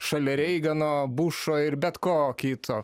šalia reigano bušo ir bet ko kito